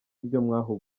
ibyo